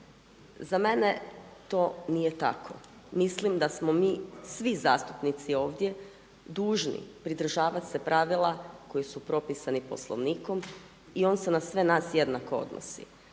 Za mene to nije tako, mislim da smo mi svi zastupnici ovdje dužni pridržavati se pravila koja su propisana Poslovnikom i on se na sve nas jednako odnosi.